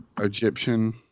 Egyptian